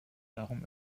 darum